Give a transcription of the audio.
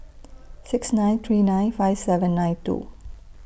six nine three nine five seven nine two